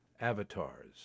avatars